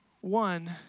one